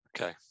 Okay